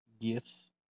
gifts